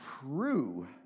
true